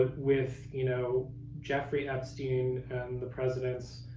but with you know jeffrey epstein, and the president's